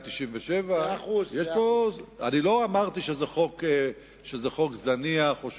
197. אני לא אמרתי שזה חוק זניח או שולי.